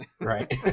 Right